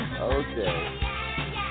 Okay